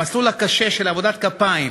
המסלול הקשה של עבודת כפיים,